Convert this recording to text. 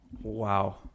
wow